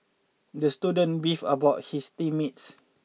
the student beef about his team mates